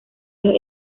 los